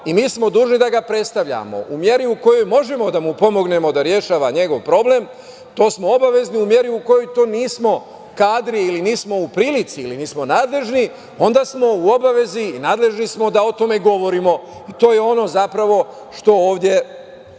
i mi smo dužni da ga predstavljamo, u meri u kojoj možemo da mu pomognemo da rešava svoj problem, to smo obavezni u meri u kojoj to nismo kadri ili nismo u prilici ili nismo nadležni, onda smo u obavezi i nadležni smo da o tome govorimo. To je ono zapravo što ovde